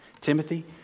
Timothy